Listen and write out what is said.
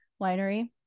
winery